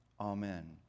Amen